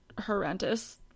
horrendous